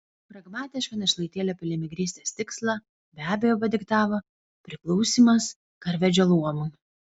pragmatišką našlaitėlio piligrimystės tikslą be abejo padiktavo priklausymas karvedžio luomui